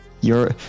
You're-